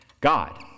God